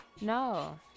no